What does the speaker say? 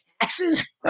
taxes